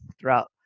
throughout